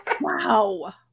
wow